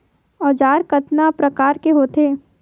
औजार कतना प्रकार के होथे?